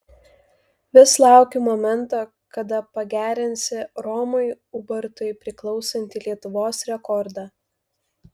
vis laukiu momento kada pagerinsi romui ubartui priklausantį lietuvos rekordą